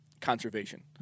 conservation